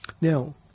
Now